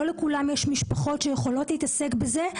לא לכולם יש משפחות שיכולות להתעסק בזה.